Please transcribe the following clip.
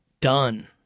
done